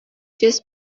just